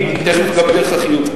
תיכף אגע בדרך החיוב.